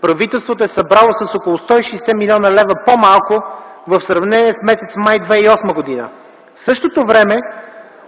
правителството е събрало с около 160 млн. лева по-малко в сравнение с месец май 2008 г. В същото време,